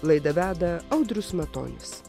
laidą veda audrius matonis